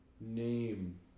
name